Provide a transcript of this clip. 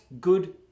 good